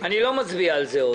אני עוד לא מצביע על זה.